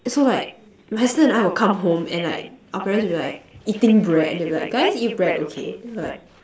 so like my sister and I will come home and like our parents will be like eating bread and they be like guys eat bread okay then we will like